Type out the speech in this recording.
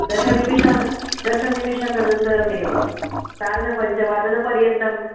दशनिमिषानां दशनिमिषानाम् अनन्तरमेव सार्धपञ्चवादनपर्यन्तं